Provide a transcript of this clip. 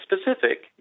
specific